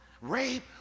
rape